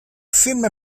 film